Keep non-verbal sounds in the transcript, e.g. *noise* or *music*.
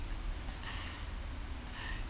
*laughs*